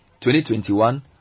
2021